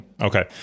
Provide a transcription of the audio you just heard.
okay